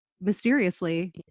mysteriously